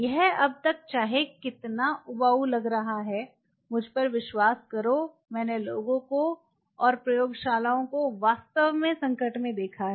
यह अब तक चाहे कितना देखें समय 2520 उबाऊ लग रहा है मुझ पर विश्वास करो मैंने लोगों को और प्रयोगशालाओं को वास्तव में संदर्भ समय 2523 संकट में देखा है